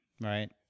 right